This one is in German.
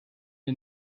der